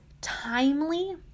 timely